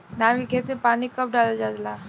धान के खेत मे पानी कब डालल जा ला?